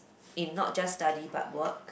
in not just study but work